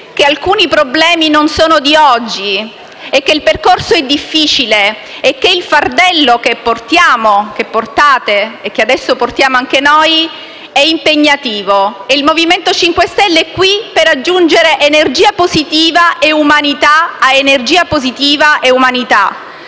che alcuni problemi non sono di oggi e che il percorso è difficile e che il fardello che portiamo, che portate e che adesso portiamo anche noi, è impegnativo. Il MoVimento 5 Stelle è qui per aggiungere energia positiva e umanità ad energia positiva e umanità